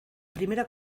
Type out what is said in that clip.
primera